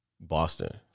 Boston